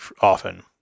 often